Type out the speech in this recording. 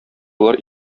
болар